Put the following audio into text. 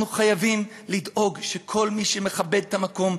אנחנו חייבים לדאוג שכל מי שמכבד את המקום,